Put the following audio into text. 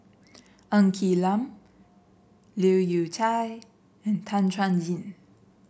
Ng Quee Lam Leu Yew Chye and Tan Chuan Jin